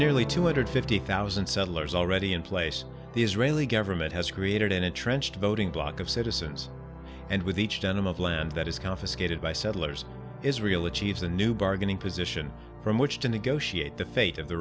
nearly two hundred fifty thousand settlers already in place the israeli government has created in a trenched voting bloc of citizens and with each tenement land that is confiscated by settlers israel achieves a new bargaining position from which to negotiate the fate of the